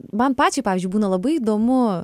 man pačiai pavyzdžiui būna labai įdomu